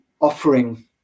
offering